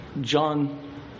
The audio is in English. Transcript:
John